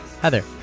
Heather